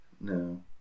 No